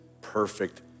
perfect